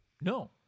No